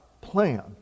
plan